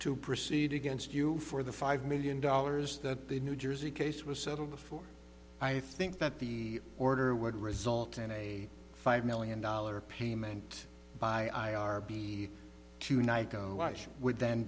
to proceed against you for the five million dollars that the new jersey case was settled before i think that the order would result in a five million dollars payment by our tonight go watch would then